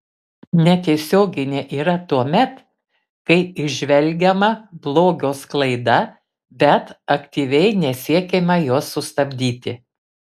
netiesioginė yra tuomet kai įžvelgiama blogio sklaida bet aktyviai nesiekiama jos sustabdyti